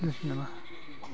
जासिगोन नामा